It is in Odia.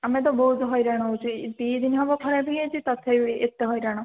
ଆମେ ତ ବହୁତ ହଇରାଣ ହେଉଛୁ ଏଇ ଦୁଇ ଦିନ ହେବ ଖରାପ ହୋଇଯାଇଛି ତଥାପି ଏତେ ହଇରାଣ